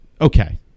Okay